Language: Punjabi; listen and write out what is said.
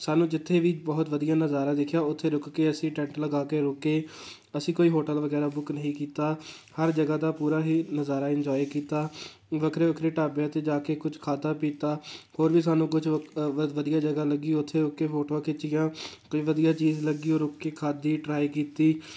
ਸਾਨੂੰ ਜਿੱਥੇ ਵੀ ਬਹੁਤ ਵਧੀਆ ਨਜ਼ਾਰਾ ਦਿਖਿਆ ਉੱਥੇ ਰੁਕ ਕੇ ਅਸੀਂ ਟੈਂਟ ਲਗਾ ਕੇ ਰੁਕੇ ਅਸੀਂ ਕੋਈ ਹੋਟਲ ਵਗੈਰਾ ਬੁੱਕ ਨਹੀਂ ਕੀਤਾ ਹਰ ਜਗ੍ਹਾ ਦਾ ਪੂਰਾ ਹੀ ਨਜ਼ਾਰਾ ਇੰਨਜੋਏ ਕੀਤਾ ਵੱਖਰੇ ਵੱਖਰੇ ਢਾਬਿਆਂ 'ਤੇ ਜਾ ਕੇ ਕੁਛ ਖਾਧਾ ਪੀਤਾ ਹੋਰ ਵੀ ਸਾਨੂੰ ਕੁਛ ਵਧੀਆ ਜਗ੍ਹਾ ਲੱਗੀ ਉੱਥੇ ਰੁਕ ਕੇ ਫੋਟੋਆਂ ਖਿਚੀਆਂ ਕੋਈ ਵਧੀਆ ਚੀਜ਼ ਲੱਗੀ ਉਹ ਰੁਕ ਕੇ ਖਾਧੀ ਟਰਾਏ ਕੀਤੀ